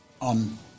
on